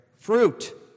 Fruit